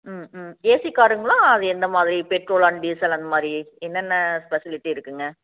ம் ம் ஏசி கார்ங்களா அது எந்த மாதிரி பெட்ரோல் அண்ட் டீசல் அந்தமாதிரி என்னென்ன ஸ்பெசிலிட்டி இருக்குதுங்க